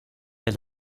der